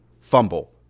fumble